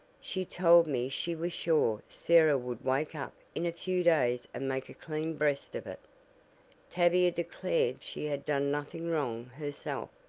she told me she was sure sarah would wake up in a few days and make a clean breast of it tavia declared she had done nothing wrong herself,